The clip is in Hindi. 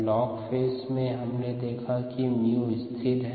लॉग फेज में हमने देखा कि 𝜇 स्थिर होता है